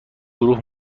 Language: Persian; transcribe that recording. گروه